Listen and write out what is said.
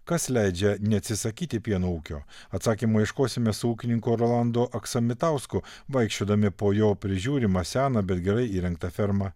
kas leidžia neatsisakyti pieno ūkio atsakymo ieškosime su ūkininku rolandu aksamitausku vaikščiodami po jo prižiūrimą seną bet gerai įrengtą fermą